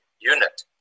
Unit